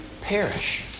perish